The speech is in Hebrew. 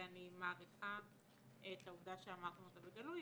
ואני מעריכה את העובדה שאמרתם אותה בגלוי,